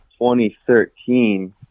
2013